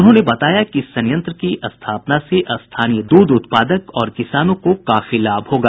उन्होंने बताया कि इस संयंत्र के स्थापना से स्थानीय दूध उत्पादक और किसानों को काफी लाभ होगा